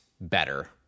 better